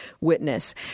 Witness